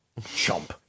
chomp